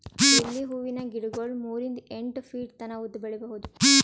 lily ಹೂವಿನ ಗಿಡಗೊಳ್ ಮೂರಿಂದ್ ಎಂಟ್ ಫೀಟ್ ತನ ಉದ್ದ್ ಬೆಳಿಬಹುದ್